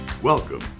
Welcome